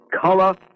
color